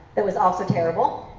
that was also terrible,